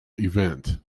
event